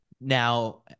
Now